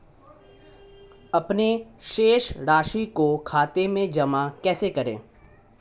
अपने शेष राशि को खाते में जमा कैसे करें?